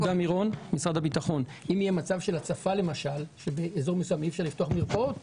למשל הצפה ובאזור מסוים אי אפשר לפתוח מרפאות,